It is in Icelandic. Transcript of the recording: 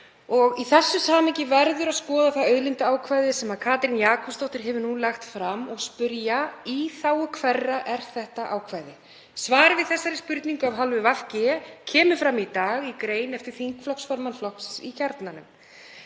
Í þessu samhengi verður að skoða það auðlindaákvæði sem Katrín Jakobsdóttir hefur nú lagt fram, og spyrja: Í þágu hverra er þetta ákvæði? Svar við þessari spurningu af hálfu VG kemur fram í dag í grein eftir þingflokksformann flokksins í Kjarnanum,